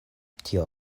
tio